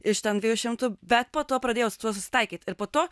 iš ten dviejų šimtų bet po to pradėjau su tuo susitaikyt ir po to